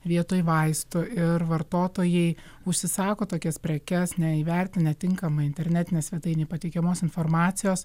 vietoj vaistų ir vartotojai užsisako tokias prekes neįvertinę tinkamai internetinėje svetainėje pateikiamos informacijos